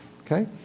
okay